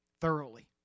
thoroughly